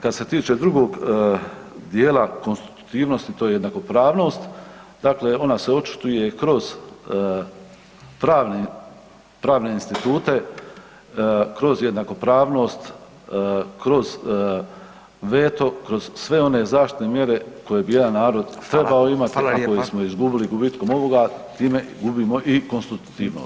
Kad se tiče drugog dijela konstitutivnosti, to je jednakopravnost, dakle ona se očituje kroz pravne institute, kroz jednakopravnost, kroz veto, kroz sve one zaštitne mjere koje bi jedan narod trebao imati a koji smo izgubili gubitkom ovoga, time gubimo i konstitutivnost.